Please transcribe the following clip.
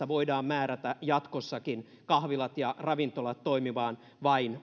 voidaan määrätä jatkossakin kahvilat ja ravintolat toimimaan vain